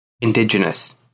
Indigenous